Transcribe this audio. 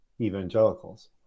evangelicals